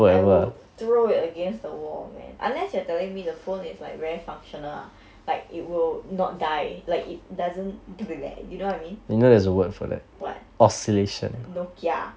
I will throw it against the wall man unless you are telling me the phone is like very functional ah like it will not die like it doesn't you know what I mean what Nokia